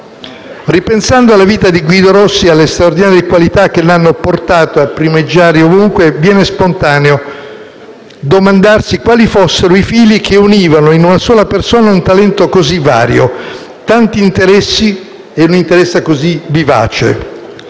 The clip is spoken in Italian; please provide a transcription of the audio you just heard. Ripensando alla vita di Guido Rossi e alle straordinarie qualità che lo hanno portato a primeggiare ovunque, viene spontaneo domandarsi quali fossero i fili che univano in una sola persona un talento così vario, tanti interessi e così vivaci.